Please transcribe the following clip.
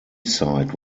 side